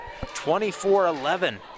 24-11